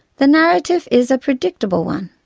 the narrative is a predictable one.